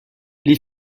les